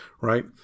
right